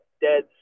dead